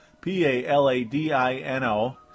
P-A-L-A-D-I-N-O